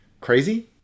crazy